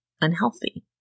unhealthy